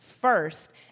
first